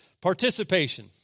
Participation